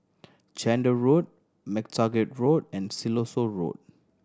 Chander Road MacTaggart Road and Siloso Road